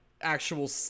actual